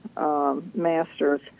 master's